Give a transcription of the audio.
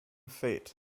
fate